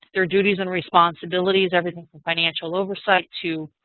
their duties and responsibilities. everything from financial oversight to